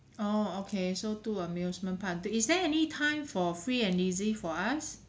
oh okay so two amusement park is there any time for free and easy for us